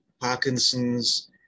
Parkinson's